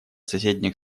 соседних